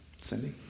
Cindy